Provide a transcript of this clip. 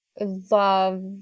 love